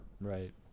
right